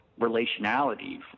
relationality